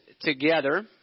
together